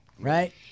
right